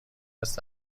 است